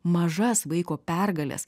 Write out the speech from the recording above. mažas vaiko pergales